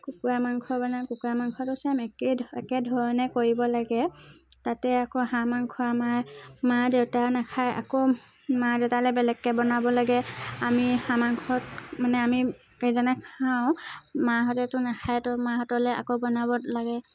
কুকুৰা মাংস বনাওঁ কুকুৰা মাংসটো ছেইম একে ধ একে ধৰণে কৰিব লাগে তাতে আকৌ হাঁহ মাংস আমাৰ মা দেউতাই নাখায় আকৌ মা দেউতালৈ বেলেগকৈ বনাব লাগে আমি হাঁহ মাংসত মানে আমি কেইজনে খাওঁ মাহঁতেটো নাখায় ত' মাহঁতলৈ আকৌ বনাব লাগে